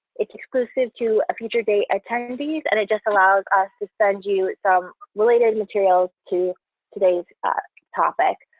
it's exclusive to a future date attendees, and it just allows us to send you some related materials to today's topic.